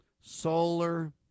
solar